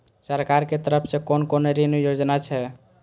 सरकार के तरफ से कोन कोन ऋण योजना छै?